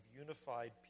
unified